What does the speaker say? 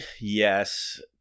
yes